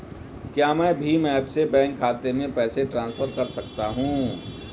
क्या मैं भीम ऐप से बैंक खाते में पैसे ट्रांसफर कर सकता हूँ?